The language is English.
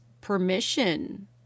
permission